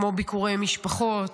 כמו ביקורי משפחות,